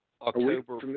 October